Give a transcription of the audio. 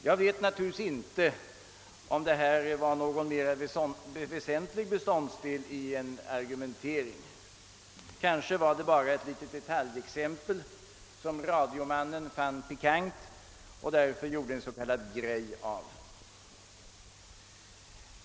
Jag vet inte om detta var en mer väsentlig beståndsdel i en argumentering. Kanske var det bara ett litet detaljexempel som radiomannen fann pikant och därför gjorde en s.k. grej av.